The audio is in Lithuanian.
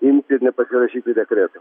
imti ir nepasirašyti dekreto